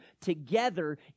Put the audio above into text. together